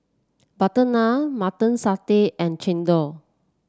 butter naan Mutton Satay and chendol